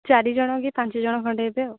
ଚାରିଜଣ କି ପାଞ୍ଚଜଣ ଖଣ୍ଡେ ହେବେ ଆଉ